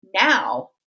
now